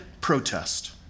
protest